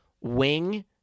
wing